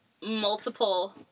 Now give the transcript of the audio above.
multiple